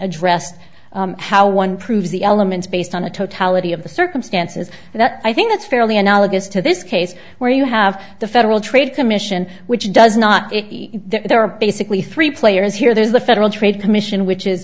addressed how one proves the elements based on a totality of the circumstances and that i think that's fairly analogous to this case where you have the federal trade commission which does not there are basically three players here there's the federal trade commission which is